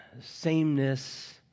sameness